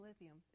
lithium